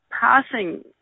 passing